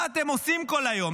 מה אתם עושים כל היום?